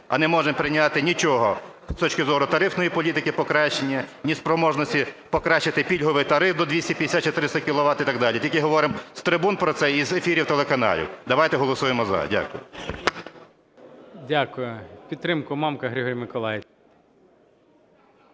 а не можемо прийняти нічого з точки зору тарифної політики покращення, ні спроможності покращити пільговий тариф до 250-400 кіловат і так далі. Тільки говоримо з трибун про це і із ефірів телеканалів. Давайте голосуємо "за". Дякую. Веде засідання Голова